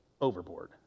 overboard